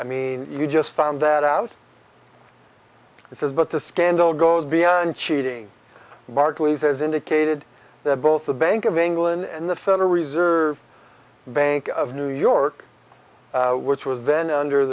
i mean you just found that out this is what the scandal goes beyond cheating barclays as indicated that both the bank of england and the federal reserve bank of new york which was then under